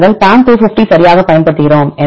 நாங்கள் PAM 250 ஐ சரியாக பயன்படுத்துகிறோம்